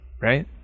right